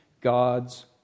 God's